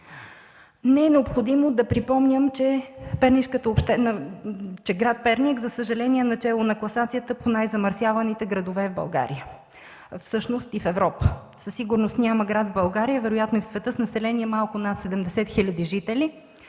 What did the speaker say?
Не е необходимо да припомням, че град Перник, за съжаление, е начело на класацията по най-замърсяваните градове в България, всъщност и в Европа. Със сигурност няма град в България, вероятно и в света, с население малко над 70 хил. жители,